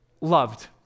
loved